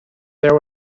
there